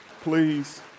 please